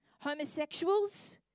Homosexuals